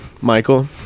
Michael